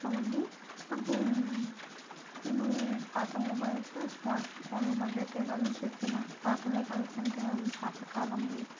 కాబట్టి నాకు నేను పాత మొబైల్స్ స్మార్ట్ ఫోన్లు మధ్య తేడాలు చెప్పినా పాత మొబైల్స్ అంటే అవి పాత కాలంలోవి